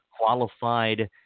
qualified